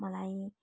मलाई